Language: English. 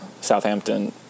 Southampton